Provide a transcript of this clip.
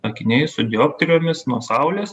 akiniai su dioptrijomis nuo saulės